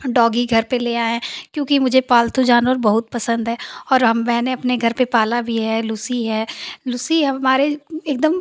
डागी घर पर ले आये क्योंकि मुझे पालतू जानवर बहुत पसंद है और मैंने अपने घर पर पाला भी है लूसी है लूसी हमारे एकदम